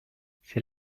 c’est